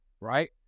right